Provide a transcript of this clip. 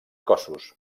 cossos